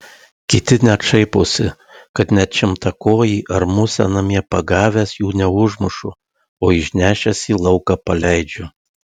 kiti net šaiposi kad net šimtakojį ar musę namie pagavęs jų neužmušu o išnešęs į lauką paleidžiu